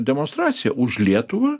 demonstracija už lietuvą